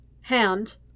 Hand